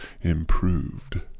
improved